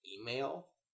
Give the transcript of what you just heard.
email